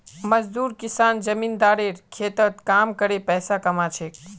मजदूर किसान जमींदारेर खेतत काम करे पैसा कमा छेक